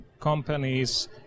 companies